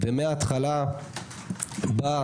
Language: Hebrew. ומההתחלה תרמה,